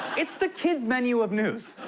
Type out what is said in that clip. it's the kids menu of news.